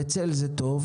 וצל זה טוב,